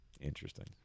interesting